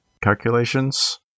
calculations